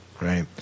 Right